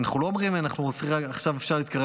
אנחנו לא אומרים שעכשיו אפשר להתקרב